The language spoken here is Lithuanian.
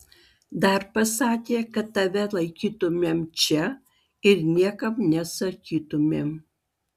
dar pasakė kad tave laikytumėm čia ir niekam nesakytumėm